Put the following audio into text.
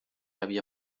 havia